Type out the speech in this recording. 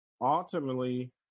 ultimately